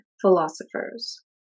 Philosophers